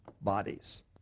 bodies